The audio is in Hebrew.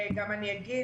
וגם אני אגיב,